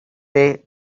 way